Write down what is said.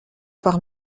par